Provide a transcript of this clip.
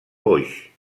boix